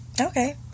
Okay